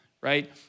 right